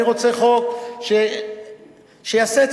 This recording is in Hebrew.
אני רוצה חוק שיעשה צדק.